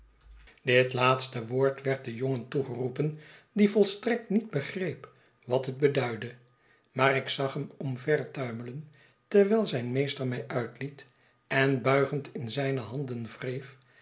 dit laatste woord werd den jongen toegeroepen die volstrekt niet begreep wat het beduidde maar ik zag hem omvertuimelen terwijl zijn meester mij uitliet en buigend in zijne handen wreef